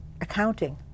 accounting